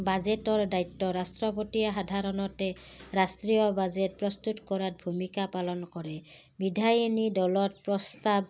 বাজেটৰ দায়িত্ব ৰাষ্ট্ৰপতিয়ে সাধাৰণতে ৰাষ্ট্ৰীয় বাজেট প্ৰস্তুত কৰাত ভূমিকা পালন কৰে বিধায়নী দলত প্ৰস্তাৱ